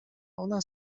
ona